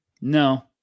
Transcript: no